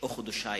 חודשיים